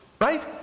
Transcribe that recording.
right